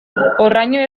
horraino